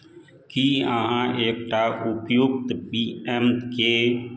की अहाँ एकटा उपयुक्त पी एम के